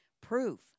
proof